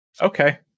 Okay